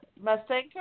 Mustang